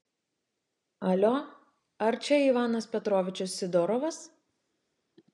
alio ar čia ivanas petrovičius sidorovas